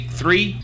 three